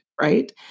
right